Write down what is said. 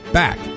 back